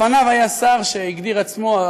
לפניו היה שר שהגדיר עצמו,